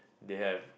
they have